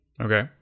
Okay